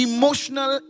Emotional